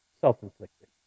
self-inflicted